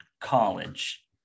college